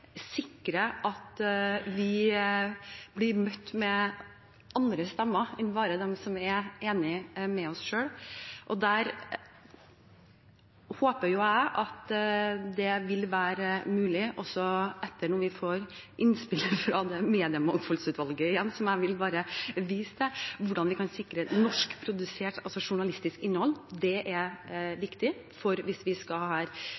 sikre at vi blir møtt med andre stemmer enn bare dem som er enige med oss selv. Det håper jeg vil være mulig, også etter at vi får innspill fra mediemangfoldsutvalget, som jeg igjen vil vise til, om hvordan vi kan sikre norskprodusert journalistisk innhold. Det er viktig for om vi skal